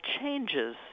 changes